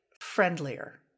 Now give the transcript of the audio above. friendlier